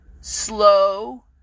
slow